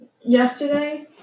yesterday